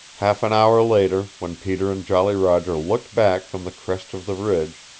half an hour later, when peter and jolly roger looked back from the crest of the ridge,